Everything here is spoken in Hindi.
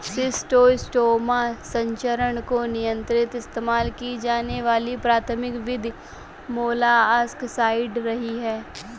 शिस्टोस्टोमा संचरण को नियंत्रित इस्तेमाल की जाने वाली प्राथमिक विधि मोलस्कसाइड्स रही है